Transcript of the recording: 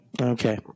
Okay